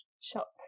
shop